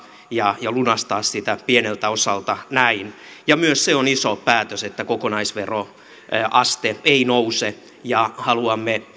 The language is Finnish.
ja lunastaa kiitollisuudenvelkaa pieneltä osalta näin myös se on iso päätös että kokonaisveroaste ei nouse ja haluamme